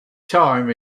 time